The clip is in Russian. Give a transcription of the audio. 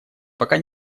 пока